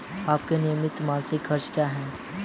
आपके नियमित मासिक खर्च क्या हैं?